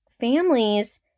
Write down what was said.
families